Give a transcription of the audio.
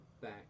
back